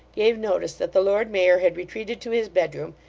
gave notice that the lord mayor had retreated to his bedroom,